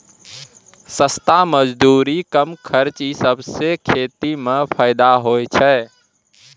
सस्ता मजदूरी, कम खर्च ई सबसें खेती म फैदा होय छै